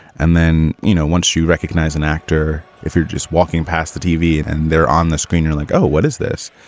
and then, you know, once you recognize an actor, if you're just walking past the tv and and they're on the screen, you're like, oh, what is this?